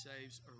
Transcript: saves